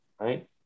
right